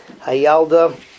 Hayalda